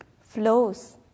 flows